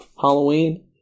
Halloween